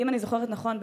אם אני זוכרת נכון,